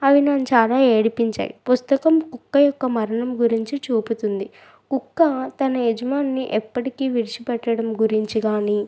అవి నన్ను చాలా ఏడిపించాయి పుస్తకం కుక్క యొక్క మరణం గురించి చూపుతుంది కుక్క తన యజమానిని ఎప్పటికీ విడిచిపెట్టడం గురించి కానీ